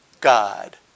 God